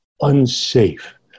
unsafe